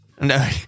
No